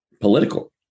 political